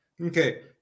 Okay